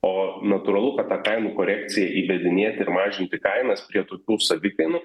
o natūralu kad tą kainų korekciją įvedinėti ir mažinti kainas prie tokių savikainų